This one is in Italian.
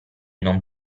non